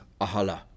Ahala